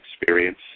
experience